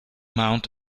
mount